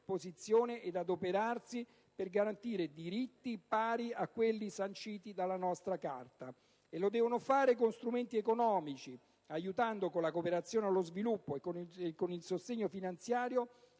ed adoperarsi per garantire diritti pari a quelli sanciti dalla nostra Carta, e lo devono fare con strumenti economici, aiutando, con la cooperazione allo sviluppo e con il sostegno finanziario,